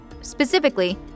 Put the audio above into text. specifically